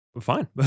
fine